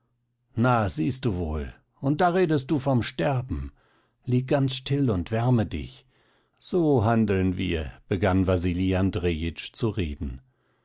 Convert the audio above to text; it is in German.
na siehst du wohl und da redest du von sterben lieg ganz still und wärme dich so handeln wir begann wasili andrejitsch zu reden